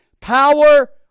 power